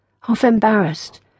half-embarrassed